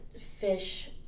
fish